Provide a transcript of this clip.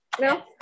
No